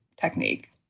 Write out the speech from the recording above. technique